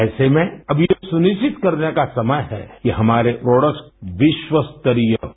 ऐसे में अब यह सुनिश्वित करने का समय है कि हमारे प्रोडक्ट्स विश्वस्तरीय हों